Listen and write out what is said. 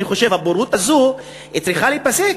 אני חושב, הבורות הזו היא צריכה להיפסק.